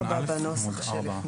בעמוד 4. אני